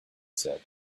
said